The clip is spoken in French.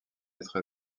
être